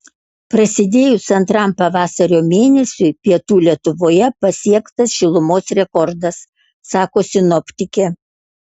prasidėjus antram pavasario mėnesiui pietų lietuvoje pasiektas šilumos rekordas sako sinoptikė